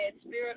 Spirit